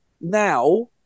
now